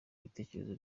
ibitekerezo